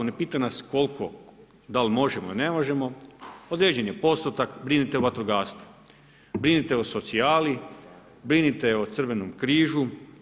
Ne pita nas koliko, da li možemo ili ne možemo, određen je postotak, brinite o vatrogastvu, brinite o socijali, brinite o Crvenom križu.